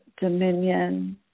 dominion